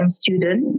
student